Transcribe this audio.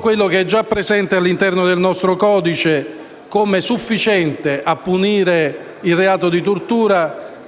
quello che è già presente all'interno del nostro codice come sufficiente a punire il reato di tortura